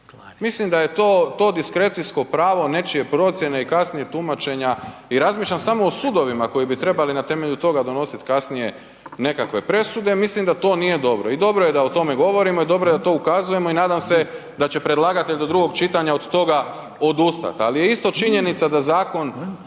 Mislim da je to diskrecijsko pravo nečije procjene i kasnijeg tumačenja i razmišljam samo o sudovima koji bi trebali na temelju toga donositi kasnije nekakve presude, mislim da to nije dobro. I dobro je da o tome govorimo i dobro je da na to ukazujemo i nadam se da će predlagatelj do drugog čitanja od toga odustati. Ali je isto činjenica da Zakon